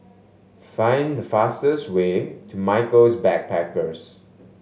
find the fastest way to Michaels Backpackers